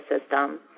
system